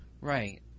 Right